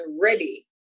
ready